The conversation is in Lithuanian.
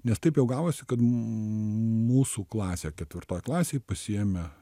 nes taip jau gavosi kad mūsų klasę ketvirtoj klasėj pasiėmė